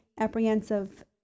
apprehensive